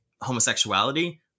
homosexuality